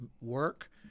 work